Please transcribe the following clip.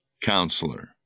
counselor